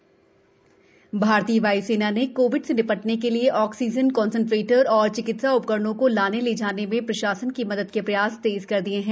वायुसेना सहयोग भारतीय वायुसेना ने कोविड से निपटने के लिये ऑक्सीजन कंटेनर और चिकित्सा उपकरणों को लाने ले जाने में प्रशासन की मदद के प्रयास तेज कर दिये हैं